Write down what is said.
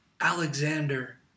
Alexander